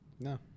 No